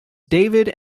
david